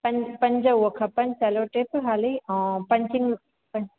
पंज पंज उहो खपनि सेलो टेप हाली ऐं पंचिंग पंच